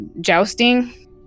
jousting